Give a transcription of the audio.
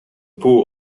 pool